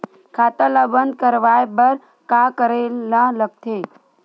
खाता ला बंद करवाय बार का करे ला लगथे?